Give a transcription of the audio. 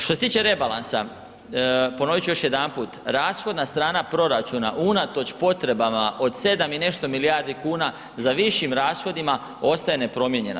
Što se tiče rebalansa, ponovit ću još jedanput, rashodna strana proračuna unatoč potrebama od 7 i nešto milijardi kuna za višim rashodima ostaje nepromijenjena.